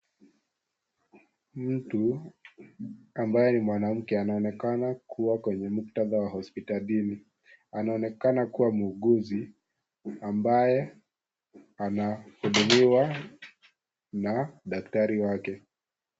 Mtu ambaye ni mwanamke anaonekana kuwa kwenye muktadha wa hospitalini . Anaonekana kuwa muguzi ambaye anahudumiwa na daktari wake.